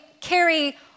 carry